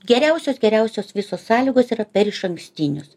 geriausios geriausios visos sąlygos yra per išankstinius